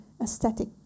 aesthetic